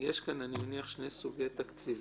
יש כאן אני מניח שני סוגי תקציבים.